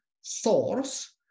source